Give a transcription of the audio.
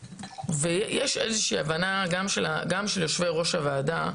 ויש איזושהי הבנה גם של יו"ר הוועדה,